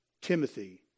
Timothy